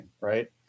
right